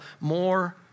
more